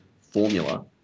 formula